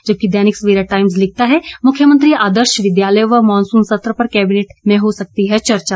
जबकि दैनिक सवेरा टाइम्स लिखता है मुख्यमंत्री आदर्श विद्यालय व मॉनसून सत्र पर आज कैबिनेट में होगी चर्चा